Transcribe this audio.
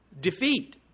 defeat